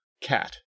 cat